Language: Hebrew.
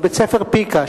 או בית-ספר פיק"א,